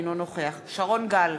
אינו נוכח שרון גל,